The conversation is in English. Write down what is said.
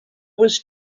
was